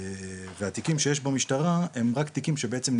והתיקים שיש במשטרה הם רק תיקים שבעצם,